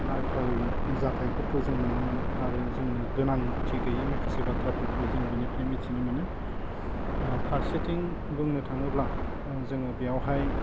नायथावै जाथायफोरखौ जों नुनो मोनो आरो जोंनो गोनांथि गैयै माखासे बाथ्राफोरखौ जों बिनिफ्राय मिथिनो मोनो फारसेथिं बुंनो थाङोब्ला जोङो बेयावहाय